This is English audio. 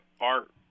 art